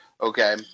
okay